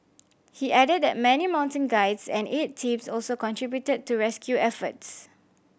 he added that many mountain guides and aid teams also contributed to rescue efforts